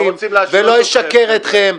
לא אשקר לכם,